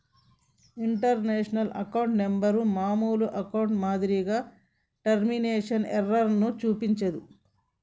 international account number మామూలు అకౌంట్లో మాదిరిగా ట్రాన్స్మిషన్ ఎర్రర్ ను చూపించదు